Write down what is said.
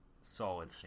Solid